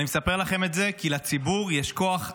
אני מספר לכם את זה כי לציבור יש כוח אדיר,